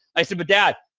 i said, but, dad,